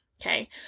Okay